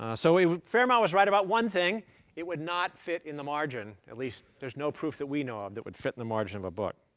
ah so fermat was right about one thing it would not fit in the margin. at least, there's no proof that we know of that would fit in the margin of a book.